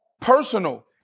personal